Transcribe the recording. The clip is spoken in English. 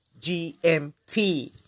GMT